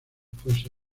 fuese